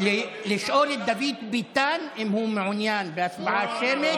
לשאול את דוד ביטן אם הוא מעוניין בהצבעה שמית,